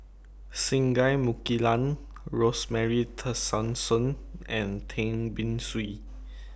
Singai Mukilan Rosemary Tessensohn and Tan Beng Swee